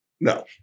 No